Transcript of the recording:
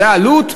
זאת העלות?